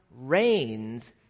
reigns